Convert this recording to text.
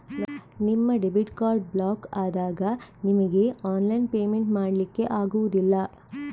ನಿಮ್ಮ debit card block ಆದಾಗ ನಿಮಿಗೆ ಆನ್ಲೈನ್ ಪೇಮೆಂಟ್ ಮಾಡ್ಲಿಕ್ಕೆ ಆಗುದಿಲ್ಲ